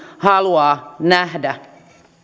haluaa nähdä